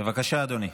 בבקשה, אדוני.